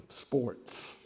sports